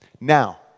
Now